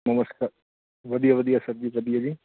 ਨਮਸਕਾਰ ਵਧੀਆ ਵਧੀਆ ਸਰ ਜੀ ਵਧੀਆ ਜੀ